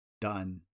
Done